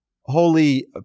holy